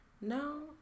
no